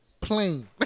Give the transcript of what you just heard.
Plain